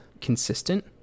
consistent